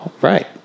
right